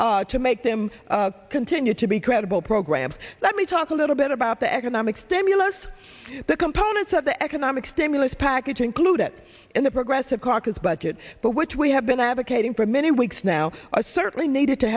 in to make them continue to be credible programs let me talk a little bit about the economic stimulus the components of the economic stimulus package included in the progressive caucus budget but which we have been advocating for many weeks now are certainly needed to